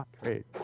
great